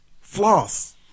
Floss